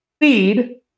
feed